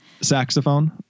saxophone